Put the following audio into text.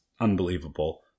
unbelievable